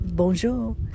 Bonjour